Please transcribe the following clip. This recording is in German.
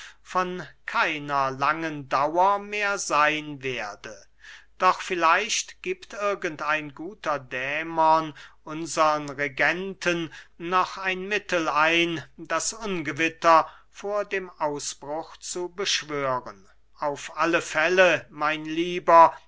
von keiner langen dauer mehr seyn werde doch vielleicht giebt irgend ein guter dämon unsern regenten noch ein mittel ein das ungewitter vor dem ausbruch zu beschwören auf alle fälle mein lieber